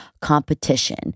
competition